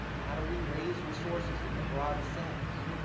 how do we raise resources in the broadest sense?